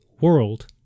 world